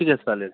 ठीक आहे चालेल